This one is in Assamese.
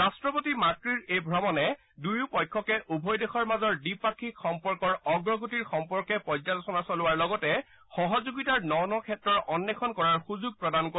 ৰাট্টপতি মাক্ৰিৰ এই ভ্ৰমণে দুয়ো পক্ষকে উভয় দেশৰ মাজৰ দ্বিপাক্ষিক সম্পৰ্কৰ অগ্ৰগতিৰ সম্পৰ্কে পৰ্যালোচনা চলোৱাৰ লগতে সহযোগিতাৰ ন ন ক্ষেত্ৰৰ অন্বেষণ কৰাৰ সুযোগ প্ৰদান কৰিব